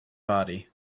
body